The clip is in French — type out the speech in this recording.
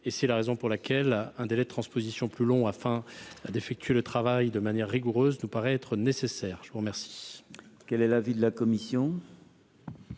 C’est la raison pour laquelle un délai de transposition plus long afin d’effectuer le travail de manière rigoureuse nous paraît nécessaire. Quel